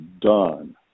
done